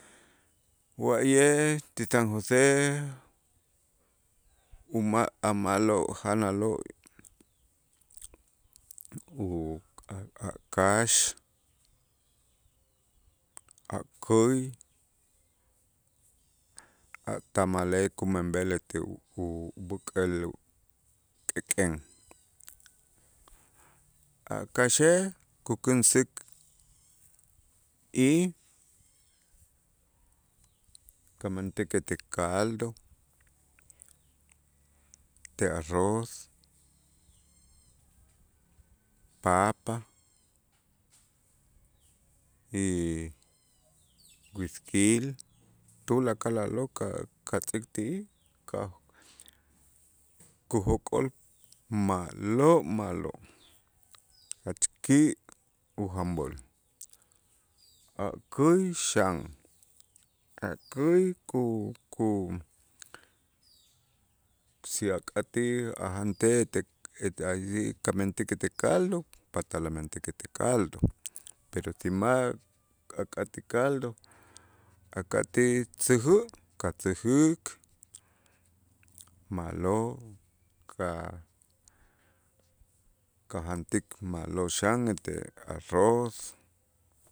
Wa'ye' ti San José uma' a' ma'lo' janaloo' u a' kax, a' käy, a' tamalej kumenb'el este u- ub'äk'el k'ek'en, a' kaxej kukinsik y kamentik ete caldo, te arroz, papa y güisquil tulakal a'lo' ka- katz'ik ti'ij ka' kujok'ol ma'lo' ma'lo', jach ki' ujanb'äl a' käy xan, a' käy ku- ku si ak'atij ajantej kamentik ete caldo patal amentik ete caldo pero si ma' ak'atij caldo ak'atij tzäjä' katzäjäk ma'lo' ka- kajantik ma'lo' xan ete arroz.